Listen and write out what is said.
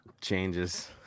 changes